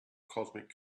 cosmic